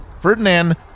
Ferdinand